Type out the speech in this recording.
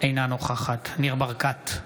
אינה נוכחת ניר ברקת,